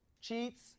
Cheats